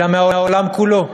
אלא מהעולם כולו.